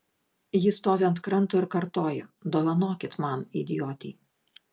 ji stovi ant kranto ir kartoja dovanokit man idiotei